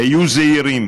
היו זהירים.